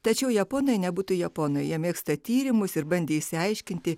tačiau japonai nebūtų japonai mėgsta tyrimus ir bandė išsiaiškinti